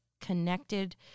Connected